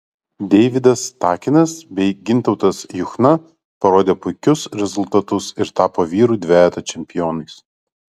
deividas takinas bei gintautas juchna parodė puikius rezultatus ir tapo vyrų dvejeto čempionais